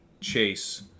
Chase